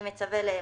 אני מצווה לאמור: